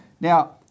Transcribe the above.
Now